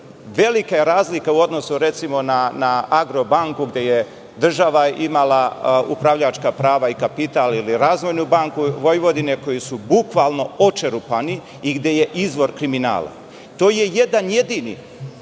velika je razlika u odnosu na "Agrobanku" gde je država imala upravljačka prava i kapital, ili "Razvojnu banku Vojvodine" koja je bukvalno očerupana i gde je izvor kriminala. To je jedan jedini